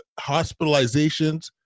hospitalizations